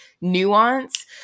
nuance